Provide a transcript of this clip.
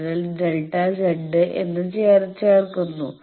അതിനാൽ നിങ്ങൾ Δ Z എന്ന് ചേർക്കുന്നു